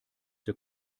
der